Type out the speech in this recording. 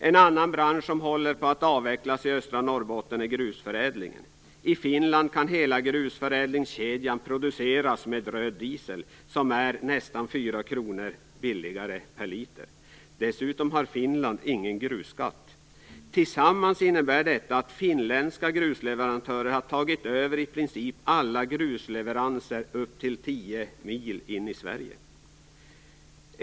En annan bransch som håller på att avvecklas i östra Norrbotten är grusförädlingen. I Finland kan produktionen i hela grusförädlingskedjan ske med röd diesel, som är nästan 4 kr billigare per liter. Dessutom har Finland ingen grusskatt. Sammantaget innebär detta att finländska grusleverantörer har tagit över i princip alla grusleveranser inom ett område som sträcker sig upp till tio mil in i Sverige.